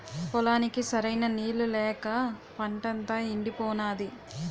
పొలానికి సరైన నీళ్ళు లేక పంటంతా యెండిపోనాది